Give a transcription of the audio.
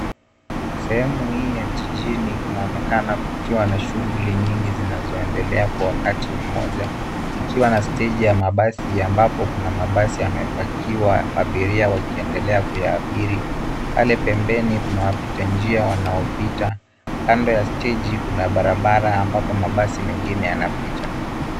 Sehemu hii ya jijini kunaonekana kukiwa na shughuki nyingi zinazoendelea kwa wakati mmoja. Nikiwa na stage ya mabasi ambapo kuna mabasi yamepakiwa mabiria wakiendelea kuyaabiri. Pale pembeni kuna wapita njia wanaopita. Kando ya steji kuna barabara ambapo mabasi mengine yanapita.